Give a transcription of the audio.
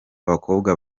abakobwa